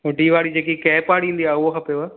hoodie वारी जेकी cap वारी ईंदी आहे उहा खपेव